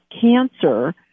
cancer